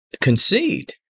concede